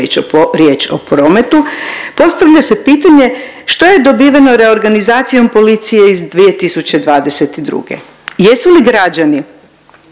riječ o prometu, postavlja se pitanje što je dobiveno reorganizacijom policije iz 2022.? Jesu li građani